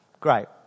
Great